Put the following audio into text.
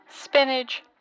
spinach